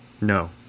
No